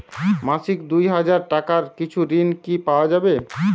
মাসিক দুই হাজার টাকার কিছু ঋণ কি পাওয়া যাবে?